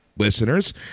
listeners